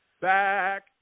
Back